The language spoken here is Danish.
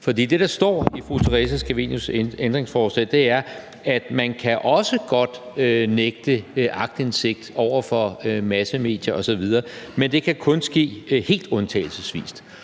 For det, der står i fru Theresa Scavenius' ændringsforslag, er, at man også godt kan nægte aktindsigt over for massemedier osv., men at det kun kan ske helt undtagelsesvis,